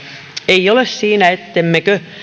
ei ole siinä ettemmekö